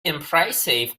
impressive